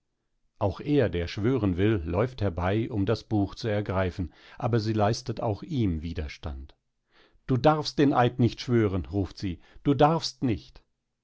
auch er der schwören will läuft herbei um das buch zu ergreifen aber sie leistet auch ihm widerstand du darfst den eid nicht schwören ruft sie du darfst nicht